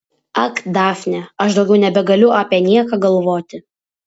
ak dafne aš daugiau nebegaliu apie nieką galvoti